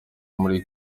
muri